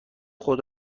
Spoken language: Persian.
خود